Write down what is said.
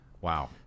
Wow